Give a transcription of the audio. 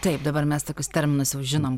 taip dabar mes tokius terminus jau žinom